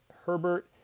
Herbert